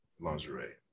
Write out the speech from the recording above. lingerie